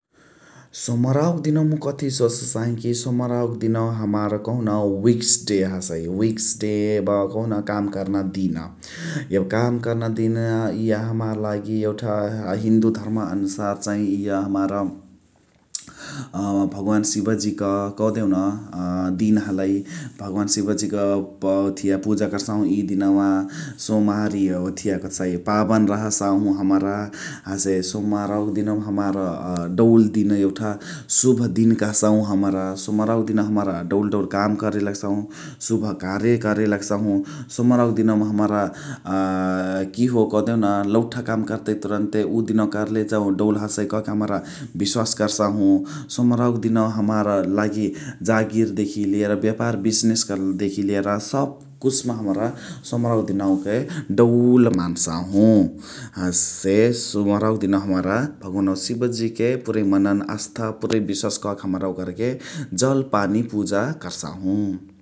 सोमराउक दिनवा कथी सोच्सही कि सोमराउक दिनवा हमार कहुन उइक्स डे हसइ । उइक्स डे यब कहुन काम कर्ना दिन । यब काम कर्ना दिन इय हमार लागी यउठा हिन्दू धर्म अनुसार चाइ इय हमार भग्वान सिबजी क कदेउन दिन हलइ । भागवान सिबजी क यब ओथिया पुजा कर्सहु इ दिनवा सोमार इ ओथिया कथ कह्सइ पाबन रह्सहु हमरा। हसे सोमराउ दिनवा हमार दउल दिन यउठा सुभ दिन कह्सहु हमरा । सोमराउ दिनवा हमार दउल दउल काम करे लग्सहु, शुभ कार्य करे लग्सहु । सोमराउ दिनवा हमार किहो कह्देउ न लउठा काम कर्तेक तुरन्ते उदिनवा कर्ले जउ दउ हसइ क के हमरा बिस्वास कर्सहु । सोमराउ दिनवा हमार लागी जागिर देखी लेर बेपार बिसनेस देखी लेर सब कुछ मा हमरा सोमराउ दिनवा के दउल मान्सहु । हसे सोमराउ दिनवा हमरा भगोनवा सिबजी के पुरइ मनन आस्था पुरइ बिस्वास क के हमरा ओकर के जल पानी पुजा कर्सहु ।